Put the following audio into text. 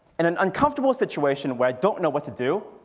in an uncomfortable situation where i don't know what to do.